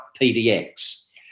PDX